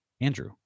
Andrew